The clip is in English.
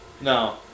No